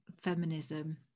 feminism